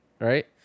Right